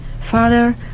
Father